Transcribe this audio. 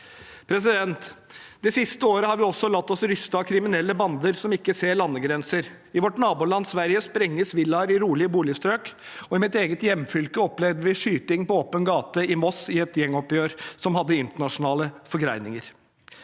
forsvar. Det siste året har vi også latt oss ryste av kriminelle bander som ikke ser landegrenser. I vårt naboland Sverige sprenges villaer i rolige boligstrøk, og i mitt eget hjemfylke opplevde vi skyting på åpen gate, i Moss, i et gjengoppgjør som hadde internasjonale forgreininger.